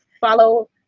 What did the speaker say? Follow